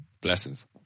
Blessings